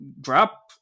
drop